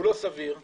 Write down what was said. אינו סביר-